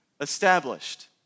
established